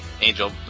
Angel